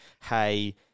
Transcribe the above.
hey